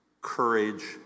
courage